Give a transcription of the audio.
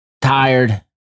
tired